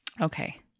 Okay